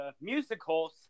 musicals